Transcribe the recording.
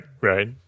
right